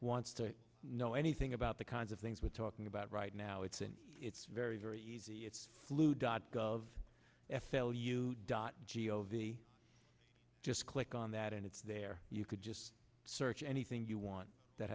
wants to know anything about the kinds of things we're talking about right now it's an it's very very easy it's blue dot gov f l u dot g o v just click on that and it's there you could just search anything you want that